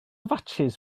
fatsis